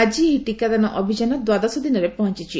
ଆକି ଏହି ଟିକାଦାନ ଅଭିଯାନ ଦ୍ୱାଦଶ ଦିନରେ ପହଞ୍ଞିଛି